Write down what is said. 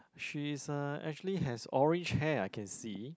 she's uh actually has orange hair I can see